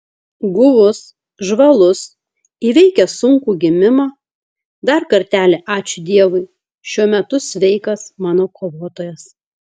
guvus žvalus įveikęs sunkų gimimą dar kartelį ačiū dievui šiuo metu sveikas mano kovotojas